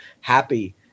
happy